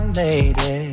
lady